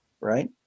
right